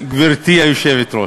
גברתי היושבת-ראש,